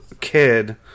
kid